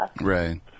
Right